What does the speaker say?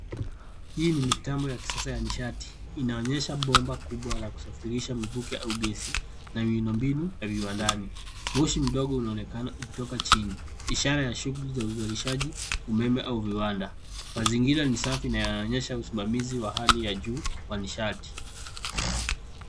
Hii ni mitambo ya kisasa ya nishati. Inaonyesha bomba kubwa la kusafirisha mvuke au gesi na miundombinu ya viwandani. Moshi mdogo unaonekana ukitoka chini ishara ya shughuli ya uzalishaji umeme au viwanda. Mazingira ni safi na yanaonyesha usimamizi wa hali ya juu wa nishati.